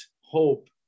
hope